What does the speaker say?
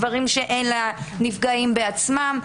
דברים שאין לנפגעים בעצמם.